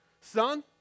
Son